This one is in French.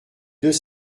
deux